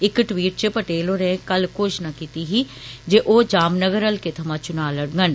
इक ट्वीट च पटेल होरें कल घोशणा कीती हीजे ओह् जामनगर हलके थमां चुना लडगंन